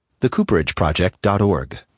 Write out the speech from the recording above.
TheCooperageProject.org